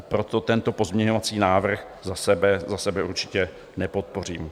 Proto tento pozměňovací návrh za sebe určitě nepodpořím.